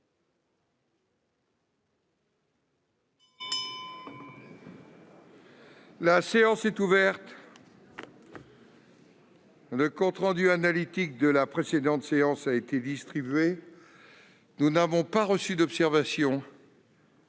La séance est ouverte. Le compte rendu analytique de la précédente séance a été distribué. Il n'y a pas d'observation